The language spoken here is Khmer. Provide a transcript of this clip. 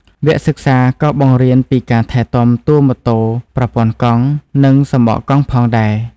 វគ្គសិក្សាក៏បង្រៀនពីការថែទាំតួរម៉ូតូ ប្រព័ន្ធកង់ និងសំបកកង់ផងដែរ។